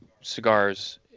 cigars